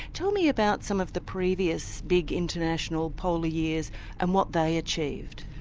tell me about some of the previous big international polar years and what they achieved.